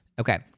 Okay